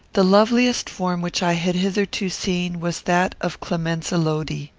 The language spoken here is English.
the loveliest form which i had hitherto seen was that of clemenza lodi.